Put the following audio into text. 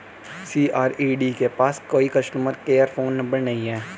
CRED के पास कोई कस्टमर केयर फोन नंबर नहीं है